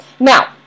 Now